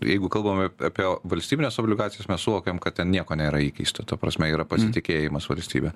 jeigu kalbame apie valstybines obligacijas mes suvokiam kad ten nieko nėra įkeista ta prasme yra pasitikėjimas valstybe